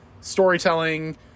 storytelling